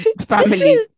family